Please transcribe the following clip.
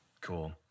Cool